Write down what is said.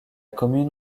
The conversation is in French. commune